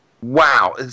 Wow